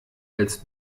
als